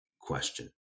question